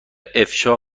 افشا